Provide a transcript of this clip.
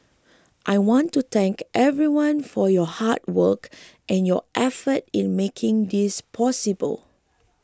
I want to thank everyone for your hard work and your effort in making this possible